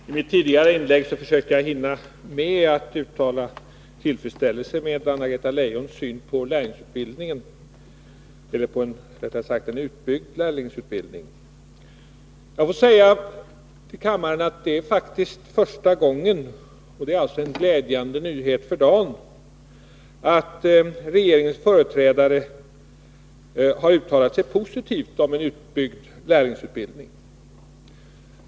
Fru talman! I mitt tidigare inlägg försökte jag hinna med att uttala min tillfredsställelse med Anna-Greta Leijons syn på frågan om en utbyggd lärlingsutbildning. Jag får säga till kammaren att det faktiskt är första gången — alltså en glädjande nyhet för dagen — som regeringens företrädare har uttalat sig positivt om en utbyggd lärlingsutbildning.